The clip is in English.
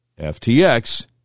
FTX